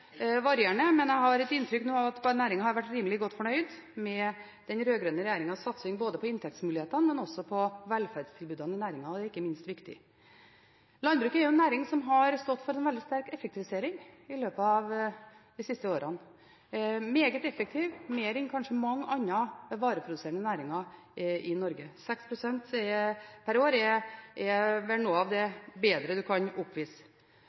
rimelig godt fornøyd med den rød-grønne regjeringens satsing på inntektsmulighetene, men også på velferdstilbudene i næringen, og det er ikke minst viktig. Landbruket er en næring som har stått for en veldig sterk effektivisering i løpet av de siste årene. Den er meget effektiv, mer enn kanskje mange andre vareproduserende næringer i Norge. 6 pst. per år er vel noe av det bedre du kan oppvise.